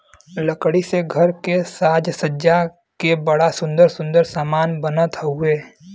लकड़ी से घर के साज सज्जा के बड़ा सुंदर सुंदर समान बनत हउवे